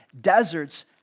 Deserts